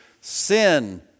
sin